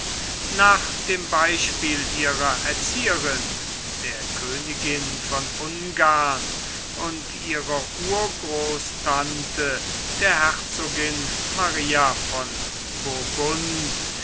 nach dem beispiel ihrer erzieherin der königin von ungarn und ihrer urgroßtante der herzogin maria von burgund